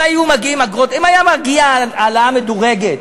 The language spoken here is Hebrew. אם הייתה מגיעה העלאה מדורגת,